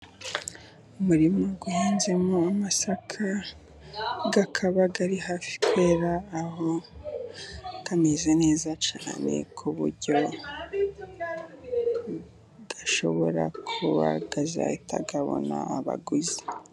Umurima uhinzemo amasaka akaba ari hafi kwera, aho ameze neza cyane ku buryo ashobora kuba azahita abona abaguzi.